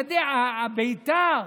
ביתר,